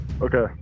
okay